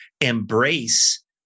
embrace